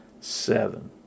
seven